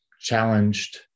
challenged